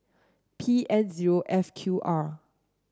P N zero F Q R